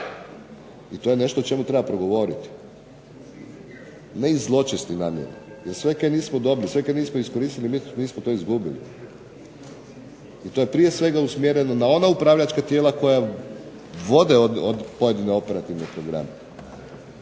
i to je nešto o čemu treba progovoriti. Ne iz zločestih namjera, jer sve kaj nismo dobili, sve kaj nismo iskoristili, mi smo to izgubili, i to je prije svega usmjereno na ona upravljačka tijela koja vode pojedine operativne programe.